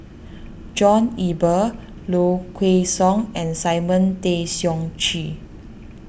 John Eber Low Kway Song and Simon Tay Seong Chee